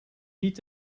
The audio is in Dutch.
niet